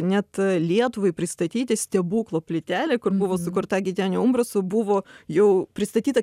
net lietuvai pristatyti stebuklo plytelė buvo sukurta gitenio umbraso buvo jau pristatyta